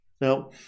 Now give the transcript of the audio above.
Now